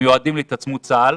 המיועדים להתעצמות צה"ל".